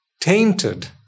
tainted